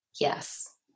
Yes